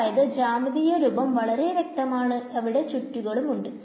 അതായത് ജ്യാമീതീയ രൂപം വളരെ വ്യക്തമാണ് അവിടെ ചുറ്റുകളും ഉണ്ട്